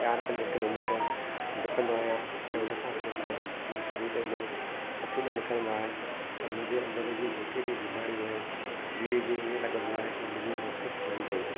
चार पंज किलोमीटर डुकंदो आहियां ऐं उन खां पोइ प मुंहिंजे शरीर में पसीनो निकिरंदो आहे त मुंहिंजे अंदरि जी जेके बि बीमारियूं आहिनि धीरे धीरे ईअं लॻंदो आहे की मुंहिंजी नसियूं खुलनि पयूं